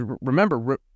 remember